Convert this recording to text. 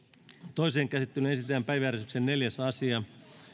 toiseen käsittelyyn esitellään päiväjärjestyksen neljäs asia